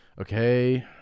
Okay